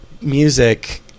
music